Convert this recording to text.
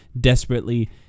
desperately